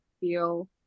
feel